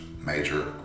major